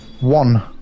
One